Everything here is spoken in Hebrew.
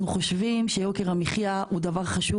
אנחנו חושבים שיוקר המחיה הוא דבר חשוב